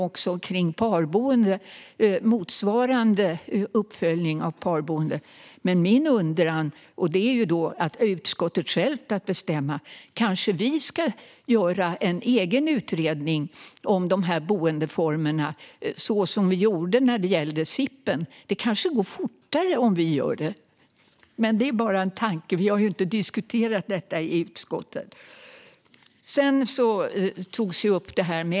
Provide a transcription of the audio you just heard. Motsvarande uppföljning gäller parboende. Jag har en undran, och det är upp till utskottet att självt bestämma. Kanske vi ska göra en egen utredning om de här boendeformerna så som vi gjorde när det gäller SIP? Det kanske går fortare om vi gör det. Det är bara en tanke; vi har ju inte diskuterat det i utskottet.